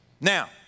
Now